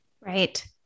right